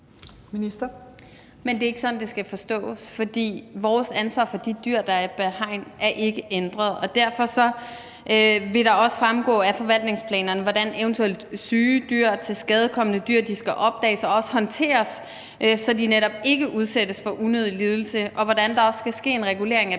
Wermelin): Men det er ikke sådan, det skal forstås, for vores ansvar for de dyr, der er bag hegn, er ikke ændret. Derfor vil det også fremgå af forvaltningsplanerne, hvordan eventuelt syge dyr og tilskadekomne dyr skal opdages og også håndteres, så de netop ikke udsættes for unødig lidelse, og hvordan der også skal ske en regulering af